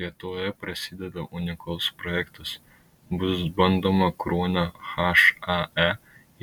lietuvoje prasideda unikalus projektas bus bandoma kruonio hae